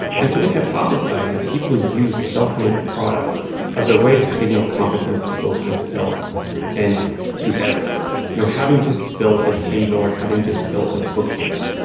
and so we hypothesized that people use self-made products as a way to signal competence to both themselves and to others you know, having just built a table or having just built a bookcase,